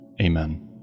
Amen